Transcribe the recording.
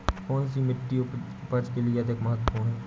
कौन सी मिट्टी उपज के लिए अधिक महत्वपूर्ण है?